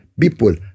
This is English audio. people